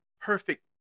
perfect